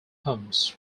homes